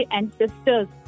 ancestors